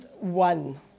one